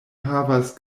havas